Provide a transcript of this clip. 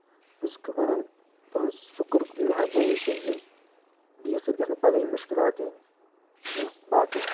بہٕ چھُس وَنان تُہنز شُکُر مہربٲنی چھےٚ زِ بیٚیِس سۭتۍ گژھِ نہٕ پَگہہ یِم مُشکِلات یِنۍ کینٛہہ باقٕے وسلام